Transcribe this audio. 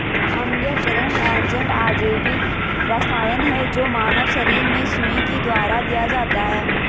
अम्लीयकरण एजेंट अजैविक रसायन है जो मानव शरीर में सुई के द्वारा दिया जाता है